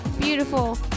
beautiful